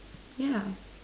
yeah